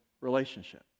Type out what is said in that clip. relationship